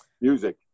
Music